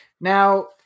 now